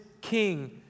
king